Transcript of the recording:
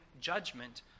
judgment